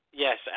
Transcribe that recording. Yes